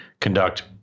conduct